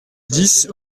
dix